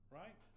right